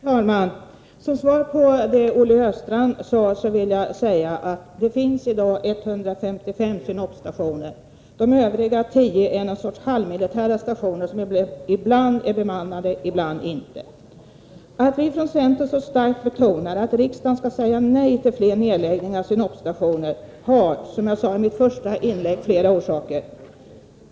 Herr talman! Som svar på det som Olle Östrand sade vill jag säga att det i dag finns 155 synopsstationer. De övriga tio är någon sorts halvmilitära stationer som ibland är bemannade, ibland inte. Att vi från centern så starkt betonar att riksdagen skall säga nej till fler nedläggningar av synopsstationer har, som jag sade i mitt första inlägg, flera orsaker.